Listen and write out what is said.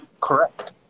correct